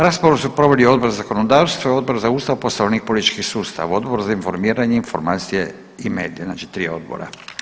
Raspravu su proveli Odbor za zakonodavstvo, Odbor za Ustav, Poslovnik, politički sustav, Odbor za informiranje, informacije i medije, znači tri odbora.